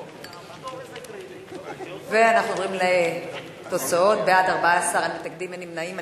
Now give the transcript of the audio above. נעבור לתוצאות: בעד, 14, אין מתנגדים, אין נמנעים.